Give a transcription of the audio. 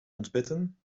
ontpitten